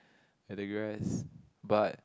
I digress but